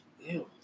Ew